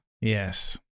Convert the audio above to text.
Yes